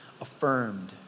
affirmed